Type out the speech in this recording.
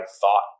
thought